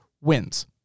wins